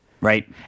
Right